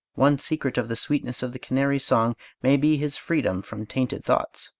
one secret of the sweetness of the canary's song may be his freedom from tainted thoughts.